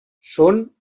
són